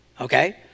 okay